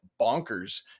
bonkers